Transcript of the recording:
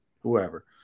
whoever